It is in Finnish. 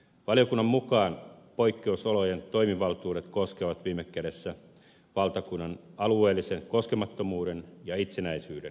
valiokunnan mukaan poikkeusolojen toimivaltuudet koskevat viime kädessä valtakunnan alueellisen koskemattomuuden ja itsenäisyyden turvaamista